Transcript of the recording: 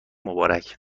مبارک